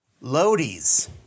Lodi's